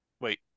Wait